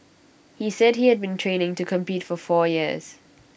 he said he had been training to compete for four years